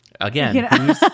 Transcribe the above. again